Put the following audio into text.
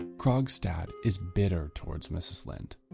krogstad is bitter towards mrs linde.